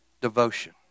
devotion